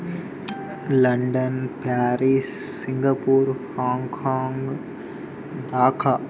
London Paris Singapore Hong Kong Dhaka